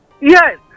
Yes